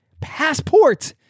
passport